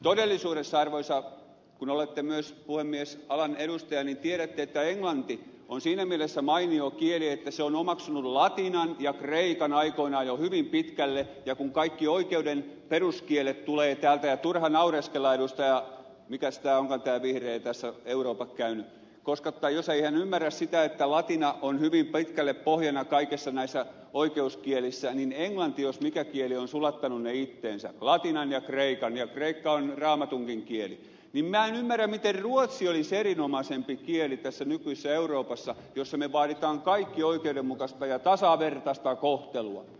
todellisuudessa arvoisa puhemies kun olette myös alan edustaja tiedätte että englanti on siinä mielessä mainio kieli että se on omaksunut latinan ja kreikan aikoinaan jo hyvin pitkälle ja kaikki oikeuden peruskielet tulevat täältä ja turha naureskella edustaja mikäs tämä onkaan tämä vihreä tässä euroopat käynyt koska jos hän ei ymmärrä sitä että latina on hyvin pitkälle pohjana kaikissa näissä oikeuskielissä ja englanti jos mikä kieli on sulattanut ne itseensä latinan ja kreikan ja kreikka on raamatunkin kieli ja minä en ymmärrä miten ruotsi olisi erinomaisempi kieli tässä nykyisessä euroopassa jossa me vaadimme kaikki oikeudenmukaista ja tasavertaista kohtelua